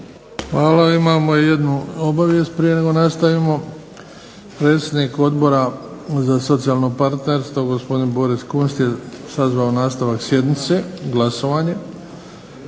Hvala imamo jednu obavijest prije nego nastavimo. Predsjednik Odbora za socijalno partnerstvo gospodin Boris Kunst je sazvao nastavak sjednice, glasovanje,